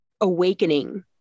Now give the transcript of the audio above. awakening